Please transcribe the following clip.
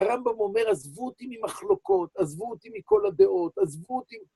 הרמב״ם אומר עזבו אותי ממחלוקות, עזבו אותי מכל הדעות, עזבו אותי